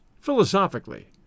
philosophically